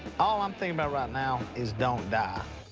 all i'm thinking about right now is, don't die.